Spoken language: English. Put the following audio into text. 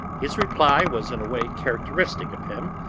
his reply was in a way characteristic of him,